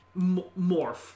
Morph